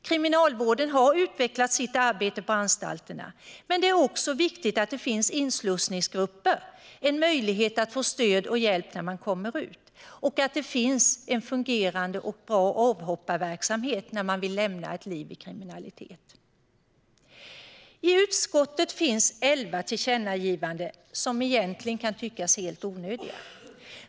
Kriminalvården har utvecklat sitt arbete på anstalterna, men det är också viktigt att det finns inslussningsgrupper - en möjlighet att få stöd och hjälp när man kommer ut - och en fungerande och bra avhopparverksamhet när man vill lämna ett liv i kriminalitet. I betänkandet finns elva tillkännagivanden, som egentligen kan tyckas helt onödiga.